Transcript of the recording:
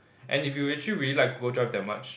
and if you actually really like Google Drive that much